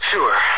Sure